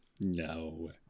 No